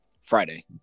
Friday